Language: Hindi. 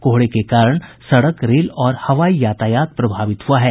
कोहरे के कारण सड़क रेल और हवाई यातायात प्रभावित हुआ है